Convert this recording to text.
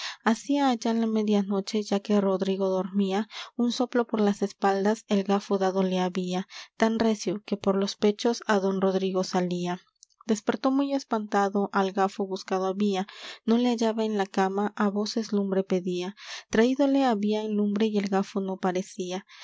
hacia allá la media noche ya que rodrigo dormía un soplo por las espaldas el gafo dado le había tan recio que por los pechos á don rodrigo salía despertó muy espantado al gafo buscado había no le hallaba en la cama á voces lumbre pedía traídole habían lumbre y el gafo no parecía tornádose había á